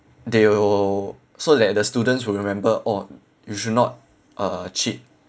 they will so that the students will remember oh you should not uh cheat